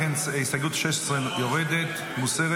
לכן הסתייגות 16 מוסרת.